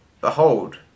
Behold